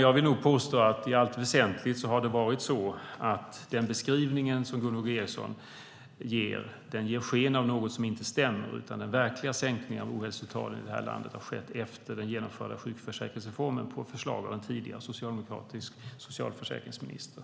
Jag vill nog påstå att den beskrivning som Gunvor G Ericson gör ger sken av något som inte stämmer. Den verkliga sänkningen av ohälsotalen här i landet har skett efter den genomförda sjukförsäkringsreformen på förslag av en tidigare socialdemokratisk socialförsäkringsminister.